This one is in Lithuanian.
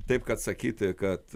taip kad sakyti kad